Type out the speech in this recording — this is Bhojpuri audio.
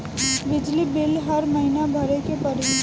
बिजली बिल हर महीना भरे के पड़ी?